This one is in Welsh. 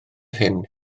hyn